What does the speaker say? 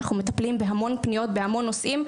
אנחנו מטפלים בהמון פניות בהמון נושאים,